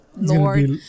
lord